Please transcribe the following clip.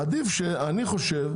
אני חושב,